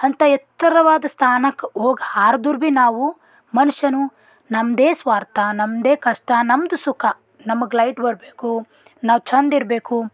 ಅಂತ ಎತ್ತರವಾದ ಸ್ಥಾನಕ್ಕೆ ಹೋಗ್ ಹಾರದ್ರು ಭಿ ನಾವು ಮನುಷ್ಯನು ನಮ್ಮದೇ ಸ್ವಾರ್ಥ ನಮ್ಮದೇ ಕಷ್ಟ ನಮ್ದು ಸುಖ ನಮಗೆ ಲೈಟ್ ಬರಬೇಕು ನಾವು ಚಂದಿರಬೇಕು